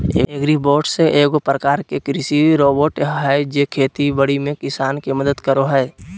agribots एगो प्रकार के कृषि रोबोट हय जे खेती बाड़ी में किसान के मदद करो हय